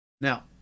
Now